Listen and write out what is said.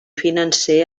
financer